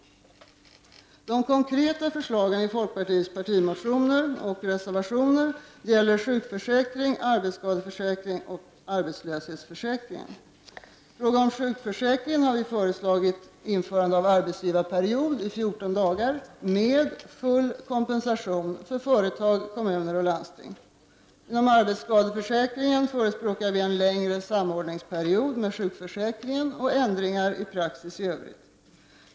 De konkreta förslag som beskrivs i folkpartiets partimotioner och reservationer handlar om sjukförsäkringen, arbetsskadeförsäkringen och arbetslöshetsförsäkringen. I fråga om sjukförsäkringen har vi föreslagit införande av en arbetsgivarperiod på fjorton dagar med full kompensation för företag, kommuner och landsting. Inom arbetsskadeförsäkringen förespråkar vi en längre period av samordning av sjukförsäkringen och förändringar i praxis i Övrigt.